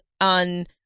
on